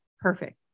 perfect